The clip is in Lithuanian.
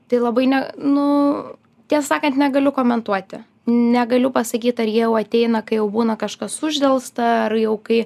tai labai ne nu tiesą sakant negaliu komentuoti negaliu pasakyt ar jie jau ateina kai jau būna kažkas uždelsta ar jau kai